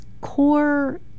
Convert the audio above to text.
core